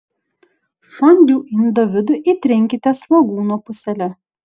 fondiu indo vidų įtrinkite svogūno pusele